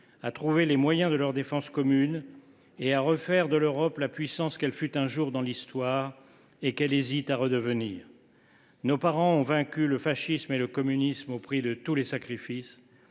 à trouver les moyens de leur défense commune et à refaire de l’Europe la puissance qu’elle fut un jour et qu’elle hésite à redevenir. Nos parents ont vaincu le fascisme et le communisme au prix de tous les sacrifices.